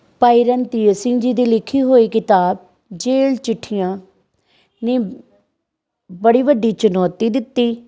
ਭਾਈ ਰਣਧੀਰ ਸਿੰਘ ਜੀ ਦੀ ਲਿਖੀ ਹੋਈ ਕਿਤਾਬ ਜੇਲ ਚਿੱਠੀਆਂ ਨੇ ਬੜੀ ਵੱਡੀ ਚੁਣੌਤੀ ਦਿੱਤੀ